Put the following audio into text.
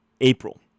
April